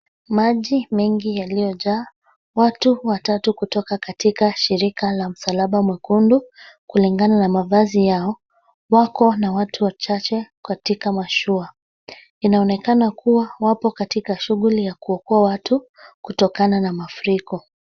Maji mengi yaliyojaa. Watu watatu kutoka katika shirika la msalaba mwekundu, kulingana na mavazi yao, wako na watu wachache katika mashua. Inaonekana kuwa wapo katika shughuli ya kuokoa watu kutokana na mafuriko.